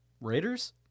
Raiders